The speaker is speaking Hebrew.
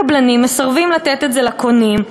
קבלנים מסרבים לתת את זה לקונים,